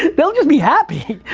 they'll just be happy.